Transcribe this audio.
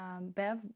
Bev